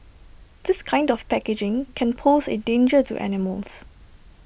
this kind of packaging can pose A danger to animals